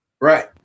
right